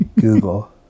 Google